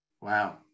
Wow